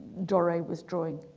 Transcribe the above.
dora was drawing